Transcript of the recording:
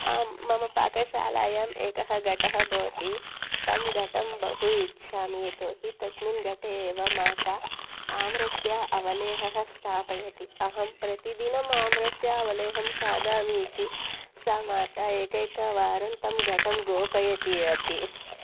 मम पाकशालायाम् एकः घटः भवति तं घटं बहु इच्छामि यतोहि तस्मिन् घटे एव माता आम्रस्य अवलेहः स्थापयति अहं प्रतिदिनम् आम्रस्य अवलेहं खादामि इति सा माता एकैकवारं तं घटं गोपयति अपि